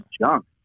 junk